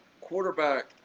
quarterback